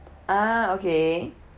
ah okay